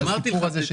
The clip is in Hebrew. אמרתי לך,